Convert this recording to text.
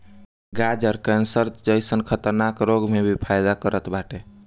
गाजर कैंसर जइसन खतरनाक रोग में भी फायदा करत बाटे